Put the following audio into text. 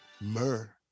myrrh